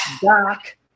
Doc